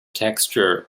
texture